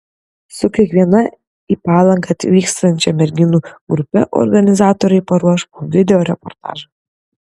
su kiekviena į palangą atvyksiančia merginų grupe organizatoriai paruoš po video reportažą